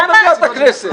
--- מליאת הכנסת.